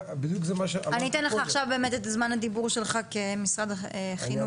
אני אתן לך באמת את זמן הדיבור שלך כמשרד החינוך.